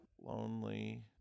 Lonely